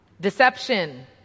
deception